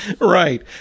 Right